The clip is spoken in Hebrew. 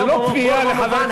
זה לא כמו בור במובן,